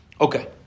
Okay